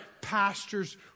pastors